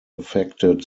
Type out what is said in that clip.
affected